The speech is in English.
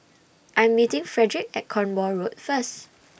I'm meeting Frederic At Cornwall Road First